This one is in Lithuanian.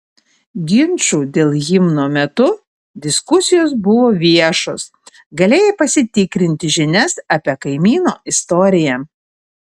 ginčų dėl himno metu diskusijos buvo viešos galėjai pasitikrinti žinias apie kaimyno istoriją